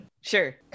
Sure